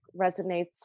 resonates